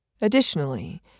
Additionally